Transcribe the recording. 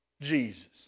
Jesus